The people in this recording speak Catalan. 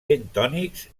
bentònics